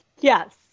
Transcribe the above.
Yes